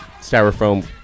styrofoam